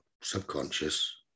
subconscious